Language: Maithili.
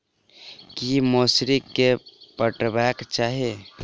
की मौसरी केँ पटेबाक चाहि?